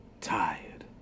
tired